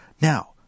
Now